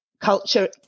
culture